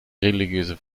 religiöse